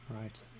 right